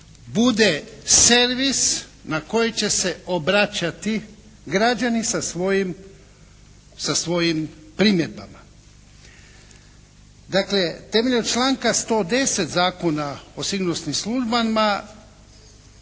bude servis na koji će se obraćati građani sa svojim primjedbama. Dakle, temeljem članka 110. Zakona o sigurnosnim službama